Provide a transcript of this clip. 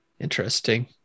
Interesting